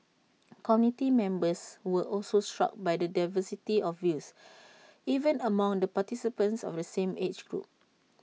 committee members were also struck by the diversity of views even among the participants of the same age group